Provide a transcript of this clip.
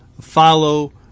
follow